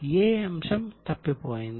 ఏ అంశం తప్పిపోయింది